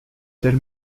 telle